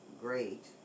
great